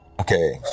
Okay